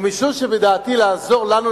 ומשום שבדעתי לעזור לנו,